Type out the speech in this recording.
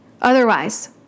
Otherwise